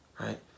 right